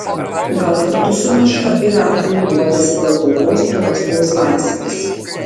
gal kartu su meška ir arkliu guodėsi dėl tautos prarastos laisvės